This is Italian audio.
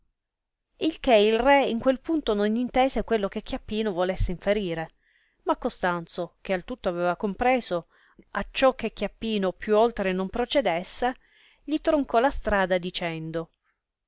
il che il re in quel punto non intese quello che chiappino volesse inferire ma costanzo che al tutto aveva compreso acciò che chiappino più oltre non procedesse gli troncò la strada dicendo